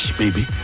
baby